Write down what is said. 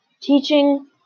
Teaching